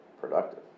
productive